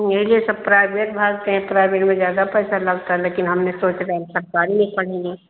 यही लिए सब प्राइबेट भागते हैं प्राइबेट में ज़्यादा पैसा लगता लेकिन हमने सोचा था हम सरकारी में पढ़ेंगे